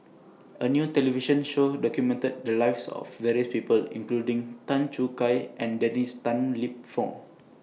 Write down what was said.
A New television Show documented The Lives of various People including Tan Choo Kai and Dennis Tan Lip Fong